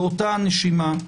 באותה נשימה,